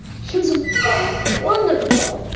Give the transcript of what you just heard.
he was wonderful.